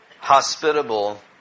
hospitable